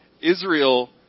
Israel